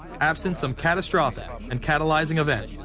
absent some catastrophic and catalyzing event,